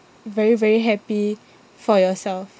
very very happy for yourself